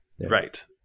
Right